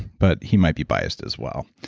but he might be biased as well.